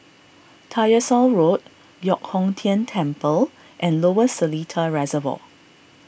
Tyersall Road Giok Hong Tian Temple and Lower Seletar Reservoir